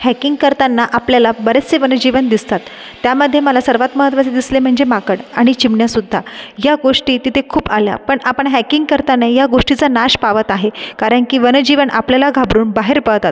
hiking करताना आपल्याला बरेचसे वनजीवन दिसतात त्यामध्ये मला सर्वात महत्त्वाचं दिसले म्हणजे माकड आणि चिमण्यासुद्धा या गोष्टी तिथे खूप आल्या पण आपण हायकिंग करताना या गोष्टीचा नाश पावत आहे कारण की वनजीवन आपल्याला घाबरून बाहेर पळतात